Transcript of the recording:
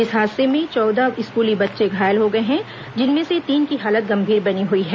इस हादसे में चौदह स्कूली बच्चे घायल हो गए हैं जिनमें से तीन की हालत गंभीर बनी हुई है